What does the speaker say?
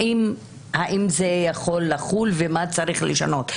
האם זה יכול לחול ומה צריך לשנות.